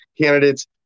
candidates